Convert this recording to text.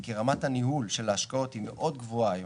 כי רמת הניהול של ההשקעות היא מאוד גבוהה היום,